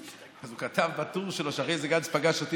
הוא כתב בטור שלו שאחרי זה גנץ פגש אותי,